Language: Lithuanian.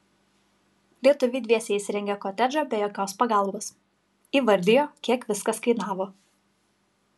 lietuviai dviese įsirengė kotedžą be jokios pagalbos įvardijo kiek viskas kainavo